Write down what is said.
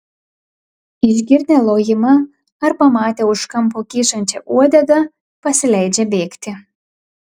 išgirdę lojimą ar pamatę už kampo kyšančią uodegą pasileidžia bėgti